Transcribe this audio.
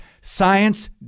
science